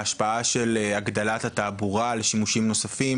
ההשפעה של הגדלת התעבורה לשימושים נוספים